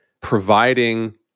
providing